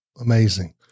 Amazing